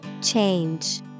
Change